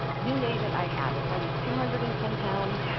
you name it i had it. i was two hundred and ten pounds.